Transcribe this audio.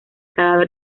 cadáver